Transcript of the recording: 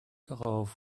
darauf